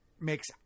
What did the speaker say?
makes